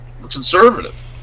conservative